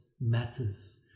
matters